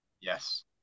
Yes